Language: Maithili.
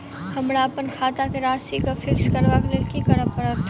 हमरा अप्पन खाता केँ राशि कऽ फिक्स करबाक लेल की करऽ पड़त?